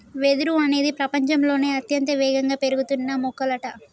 వెదురు అనేది ప్రపచంలోనే అత్యంత వేగంగా పెరుగుతున్న మొక్కలంట